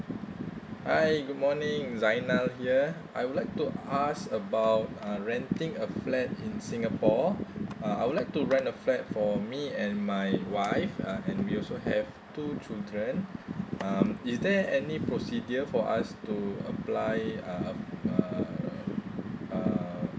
hi good morning zainal here I would like to ask about uh renting a flat in singapore uh I would like to rent a flat for me and my wife uh and we also have two children um is there any procedure for us to apply um uh uh